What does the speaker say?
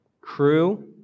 Crew